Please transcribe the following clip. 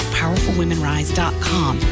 powerfulwomenrise.com